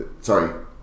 sorry